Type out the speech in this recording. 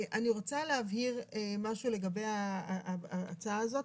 אני רוצה להבהיר משהו לגבי ההצעה הזאת.